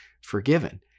forgiven